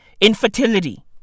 Infertility